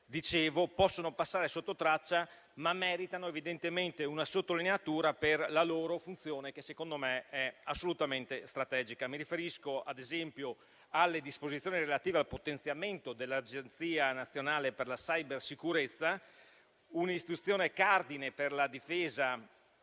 possono passare sottotraccia, ma meritano evidentemente una sottolineatura per la loro funzione, che secondo me è assolutamente strategica. Mi riferisco, ad esempio, alle disposizioni relative al potenziamento dell'Agenzia nazionale per la cybersicurezza, un'istituzione cardine per la difesa